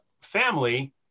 family